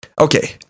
Okay